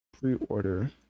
pre-order